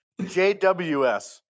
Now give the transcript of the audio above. JWS